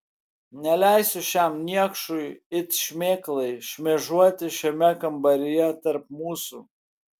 neleisiu šiam niekšui it šmėklai šmėžuoti šiame kambaryje tarp mūsų